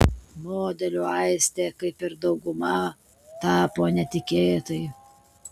modeliu aistė kaip ir dauguma tapo netikėtai